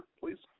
please